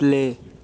play